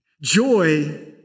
Joy